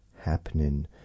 happening